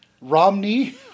Romney